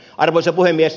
arvoisa puhemies